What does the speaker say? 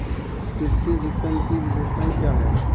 कृषि विपणन की विशेषताएं क्या हैं?